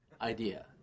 idea